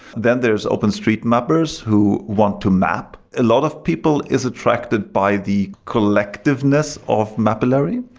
then there's open street mappers who want to map. a lot of people is attracted by the collectiveness of mapillary.